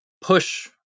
push